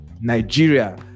Nigeria